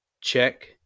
check